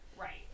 right